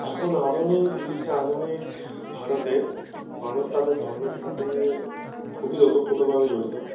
এখন আধুনিক বিশ্বে আধুনিক ভারতে মানুষ সাথে ধর্মের সাথে খুবই ওতঃপ্রোতভাবে জড়িত